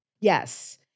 Yes